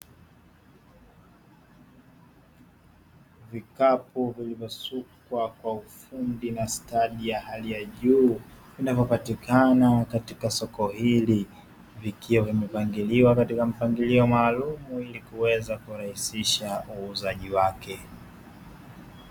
Vikapu vilivyosukwa kwa ufundi na stadi ya hali ya juu, vinavyopatikana katika soko hili likiwa limepangiliwa kwa mpangilio maalumu ili kuweza kurahisisha uuzaji wake.